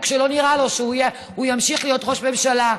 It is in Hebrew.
שלא נראה לו שהוא ימשיך להיות ראש ממשלה,